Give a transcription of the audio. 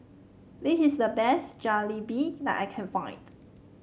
this is the best Jalebi that I can find